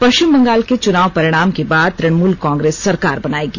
पष्विम बंगाल के चुनाव परिणाम के बाद तृणमुल कांग्रेस सरकार बनाएगी